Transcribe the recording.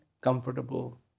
comfortable